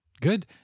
Good